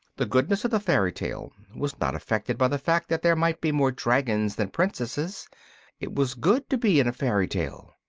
the goodness of the fairy tale was not affected by the fact that there might be more dragons than princesses it was good to be in a fairy tale.